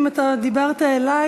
אם דיברת אלי,